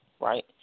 right